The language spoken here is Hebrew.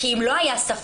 כי אם לא היה ספק,